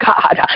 God